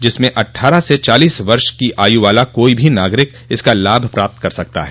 जिसमें अटठारह से चालीस वष की आय् वाला कोई भी नागरिक इसका लाभ प्राप्त कर सकता है